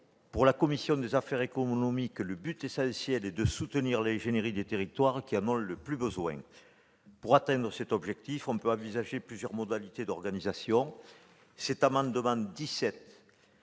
Pour la commission des affaires économiques, l'objectif essentiel est de soutenir l'ingénierie des territoires qui en ont le plus besoin. Pour atteindre cet objectif, on peut envisager plusieurs modalités d'organisation. Les auteurs de